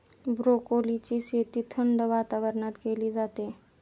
ब्रोकोलीची शेती थंड वातावरणात केली जाते